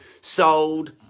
sold